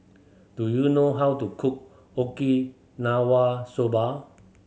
do you know how to cook Okinawa Soba